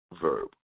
verb